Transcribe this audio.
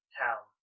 town